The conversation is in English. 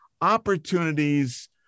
opportunities